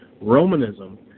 Romanism